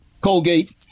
Colgate